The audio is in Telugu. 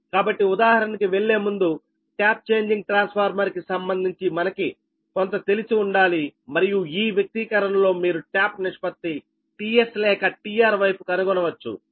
కాబట్టి ఉదాహరణకి వెళ్లేముందు ట్యాప్ చేంజింగ్ ట్రాన్స్ఫార్మర్ కి సంబంధించి మనకి కొంత తెలిసి ఉండాలి మరియు ఈ వ్యక్తీకరణలో మీరు ట్యాప్ నిష్పత్తి tS లేక tR వైపు కనుగొనవచ్చు